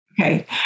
Okay